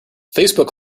facebook